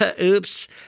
Oops